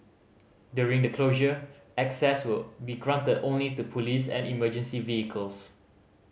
during the closure access will be granted only to police and emergency vehicles